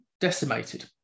decimated